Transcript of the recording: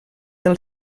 del